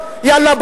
יאללה,